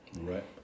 Right